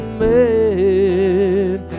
man